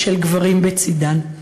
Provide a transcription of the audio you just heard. ושל גברים בצדן.